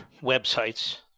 websites